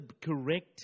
correct